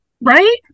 Right